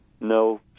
no